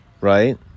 Right